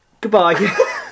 Goodbye